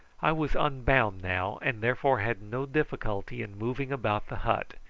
i was unbound now, and therefore had no difficulty in moving about the hut,